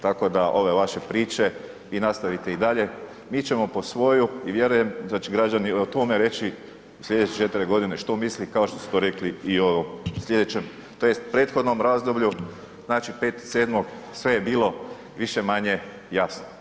Tako da ove vaše priče i nastavite i dalje mi ćemo po svoju i vjerujem da će građani i o tome reći u slijedeće 4 godine što misli kao što su to rekli i u ovom slijedećem tj. prethodnom razdoblju, znači 5.7. sve je bilo više-manje jasno.